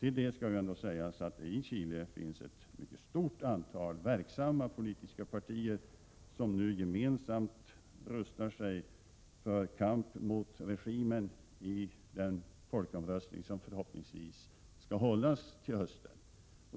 I Chile finns ett mycket stort antal verksamma politiska partier som nu gemensamt rustar sig för kamp mot regimen i den folkomröstning som förhoppningsvis kan hållas till hösten.